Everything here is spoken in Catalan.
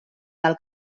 del